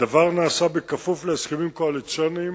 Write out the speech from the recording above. הדבר נעשה בכפוף להסכמים קואליציוניים,